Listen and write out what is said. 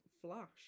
flash